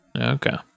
Okay